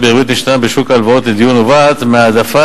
בריבית משתנה בשוק ההלוואות לדיור נובעת מהעדפה